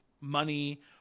money